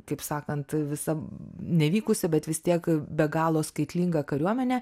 kaip sakant visa nevykusia bet vis tiek be galo skaitlinga kariuomenė